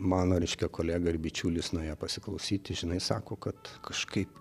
mano reiškia kolega ir bičiulis nuėjo pasiklausyti žinai sako kad kažkaip